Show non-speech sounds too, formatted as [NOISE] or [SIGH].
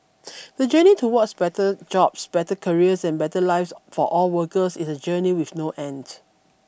[NOISE] the journey towards better jobs better careers and better lives for all workers is a journey with no end